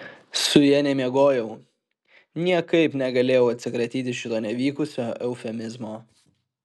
su ja nemiegojau niekaip negalėjau atsikratyti šito nevykusio eufemizmo